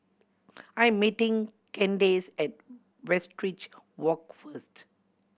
I'm meeting Candace at Westridge Walk first